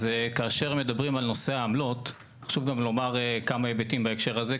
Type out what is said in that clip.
אז כאשר מדברים על נושא העמלות חשוב גם לומר כמה היבטים בהקשר הזה.